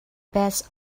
best